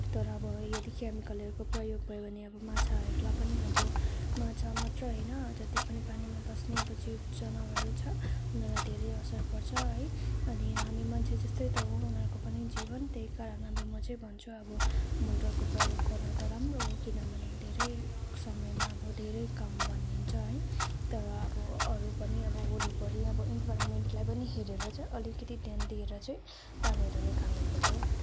तर अब यदि केमिकलहरूको प्रयोग भयो भने माछाहरूलाई पनि अब माछा मात्रै होइन जति पनि पानीमा बस्ने जीव जनावरहरू छ उनीहरूलाई धेरै असर पर्छ है अनि हामी मान्छे जस्तै त हो उनीहरूको पनि जीवन त्यही कारण अब म चाहिँ भन्छु अब मोटरको प्रयोग गर्नु त राम्रो हो किनभने धेरै समयमा धेरै काम बनिन्छ है तर अब अरू पनि अब वरिपरि अब इन्भाइरोमेन्टलाई पनि हेरेर चाहिँ अलिकति ध्यान दिएर चाहिँ पानीहरू निकाल्नु पऱ्यो